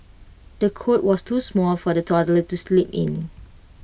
the cot was too small for the toddler to sleep in